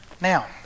Now